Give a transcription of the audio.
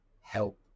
help